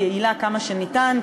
יעילה כמה שניתן,